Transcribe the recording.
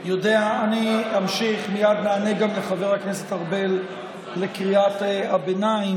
אני אמשיך ומייד נענה גם לחבר הכנסת ארבל על קריאת הביניים.